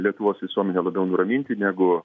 lietuvos visuomenę labiau nuraminti negu